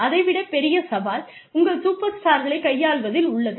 அதை விடப் பெரிய சவால் உங்கள் சூப்பர்ஸ்டார்களைக் கையாள்வதில் உள்ளது